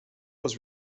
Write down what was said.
was